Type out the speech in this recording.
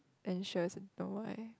anxious don't why